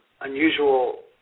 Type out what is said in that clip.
unusual